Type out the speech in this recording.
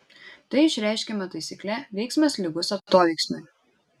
tai išreiškiama taisykle veiksmas lygus atoveiksmiui